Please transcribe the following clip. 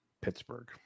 Pittsburgh